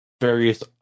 various